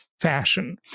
fashion